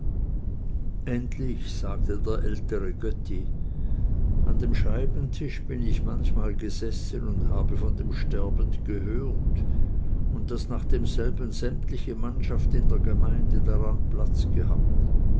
endlich sagte der ältere götti an dem scheibentisch bin ich manchmal gesessen und habe von dem sterbet gehört und daß nach demselben sämtliche mannschaft in der gemeinde daran platz gehabt